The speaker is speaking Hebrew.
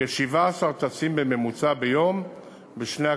כ-17 טסים בממוצע ביום בשני הכיוונים.